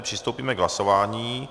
Přistoupíme k hlasování.